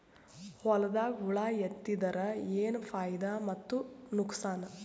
ಹೊಲದಾಗ ಹುಳ ಎತ್ತಿದರ ಏನ್ ಫಾಯಿದಾ ಮತ್ತು ನುಕಸಾನ?